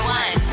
one